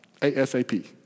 ASAP